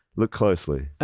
look closely. and